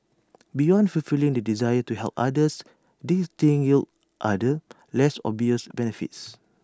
beyond fulfilling the desire to help others this stint yielded other less obvious benefits